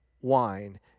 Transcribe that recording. wine